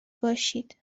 باشید